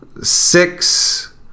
six